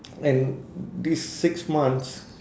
and these six months